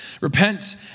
Repent